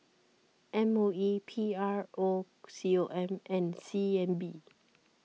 M O E P R O C O M and C N B